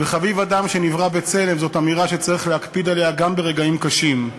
"חביב אדם שנברא בצלם" זאת אמירה שצריך להקפיד עליה גם ברגעים קשים,